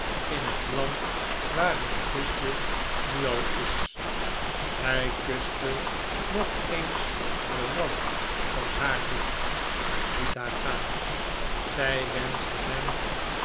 in het land waar uw zusje nu al is hij kuste nog eens den rand van haar doek en liet haar gaan zij wenschte hem